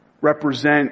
represent